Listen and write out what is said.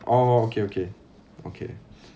orh okay okay okay